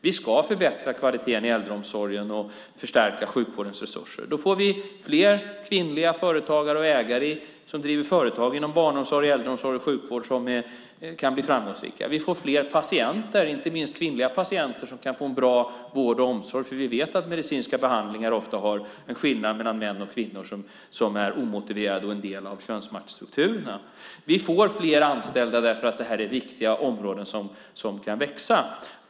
Vi ska förbättra kvaliteten i äldreomsorgen och förstärka sjukvårdens resurser. Då får vi fler kvinnliga företagare och ägare som driver företag inom barnomsorg, äldreomsorg och sjukvård som kan bli framgångsrika. Vi får fler patienter, inte minst kvinnliga patienter, som kan få en bra vård och omsorg. Vi vet att medicinska behandlingar ofta har en skillnad mellan män och kvinnor som är omotiverad och en del av könsmaktsstrukturerna. Vi får fler anställda därför att detta är viktiga områden som kan växa.